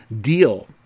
deal